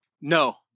No